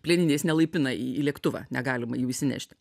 plieniniais nelaipina į lėktuvą negalima jų įsinešti